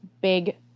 big